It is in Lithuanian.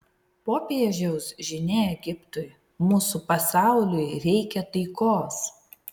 popiežiaus žinia egiptui mūsų pasauliui reikia taikos